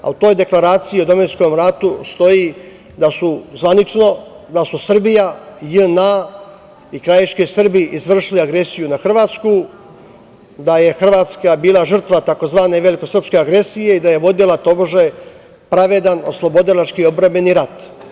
U toj deklaraciji o domovinskom ratu stoji, zvanično, da su Srbija, JNA i krajiški Srbi izvršili agresiju na Hrvatsku, da je Hrvatska bila žrtva tzv. velikosrpske agresije i da je vodila tobože pravedan oslobodilački, odbrambeni rat.